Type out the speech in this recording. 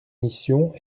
missions